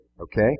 okay